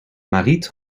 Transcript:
mariet